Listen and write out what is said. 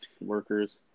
workers